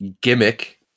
gimmick